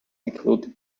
include